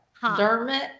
Dermot